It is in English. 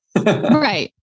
right